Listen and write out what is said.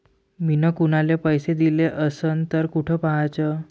मिन कुनाले पैसे दिले असन तर कुठ पाहाचं?